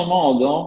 modo